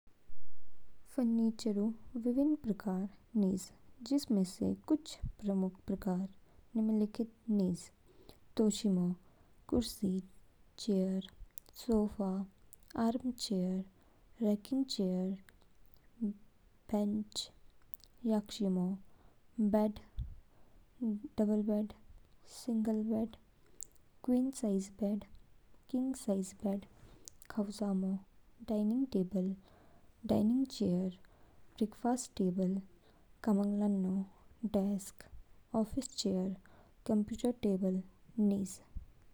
फ़र्नीचरऊ विभिन्न प्रकार निज जिनमें से कुछ प्रमुख प्रकार निम्नलिखित निज। तोशिमो। कुर्सी, chair, sofa. Armchair, rocking chair. Bench, याकशिमो। Bed, double bed. Single bed, queen size bed. King size bed. खाऊ जामो। Dining table. Dining chair. Breakfast table. कामंग लानो। Desk, office chair. Computer table निज।